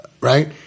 right